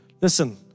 listen